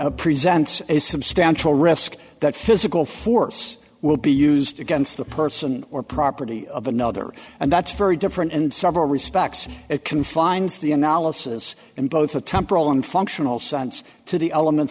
corrupt presents a substantial risk that physical force will be used against the person or property of another and that's very different and several respects it confines the analysis and both the temporal and functional science to the elements